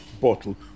bottle